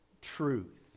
truth